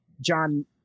John